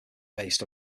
based